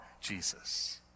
Jesus